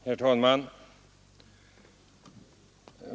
Herr talman!